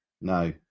No